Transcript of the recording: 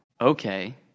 okay